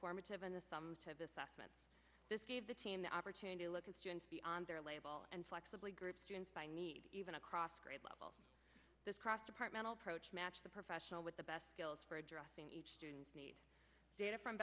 formative and the thumbs have assessment this gave the team the opportunity to look at students beyond their label and flexibly group students by need even across grade level this cross departmental approach matched the professional with the best skills for addressing each student's need data from